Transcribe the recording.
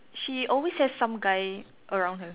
she always has some guy around her